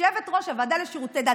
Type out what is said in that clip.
יושבת-ראש הוועדה לשירותי דת.